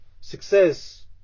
success